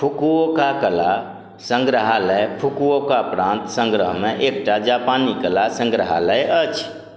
Fukuoka कला संग्रहालय Fukuoka प्रान्त संग्रहमे एकटा जापानी कला संग्रहालय अछि